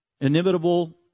inimitable